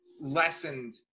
lessened